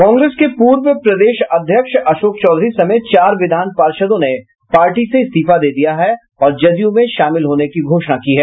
कांग्रेस के पूर्व प्रदेश अध्यक्ष अशोक चौधरी समेत चार विधान पार्षदों ने पार्टी से इस्तीफा दे दिया है और जदयू में शामिल होने की घोषणा की है